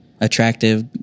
attractive